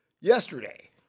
yesterday